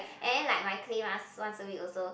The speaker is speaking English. and then like my clay mask once a week also